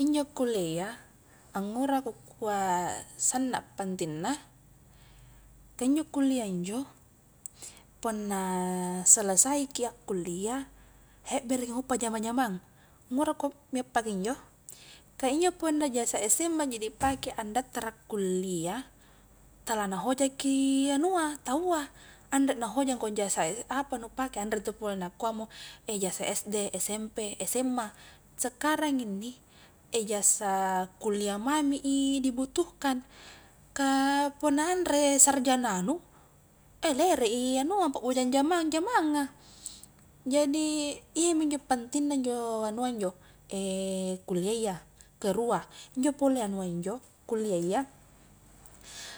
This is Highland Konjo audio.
Injo kuliah iya angura ku kua sanna pentingna, kah injo kuliah injo punna selesaiki akkuliah, hebbereki nguppa jama-jamang, ngura ku mie pakunjo kah iya punna ijazah sma ji dipake andattara kuliah tala nahojaki anua taua, anre nahoja ko jasa apa nu pake, anre ntu pole nakuamo jasa sd, smp, sma, sekarang inni ejasa kuliah mami i dibutuhkan, kah punna anre sarjananu eh lerei anua, pabboja jamang-jamanga, jadi iyamo njo pentingna njo anua njo kuliah iya, kerua injo pole anua njo, kuliah iya